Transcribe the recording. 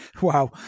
wow